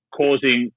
causing